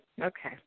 Okay